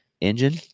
engine